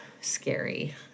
scary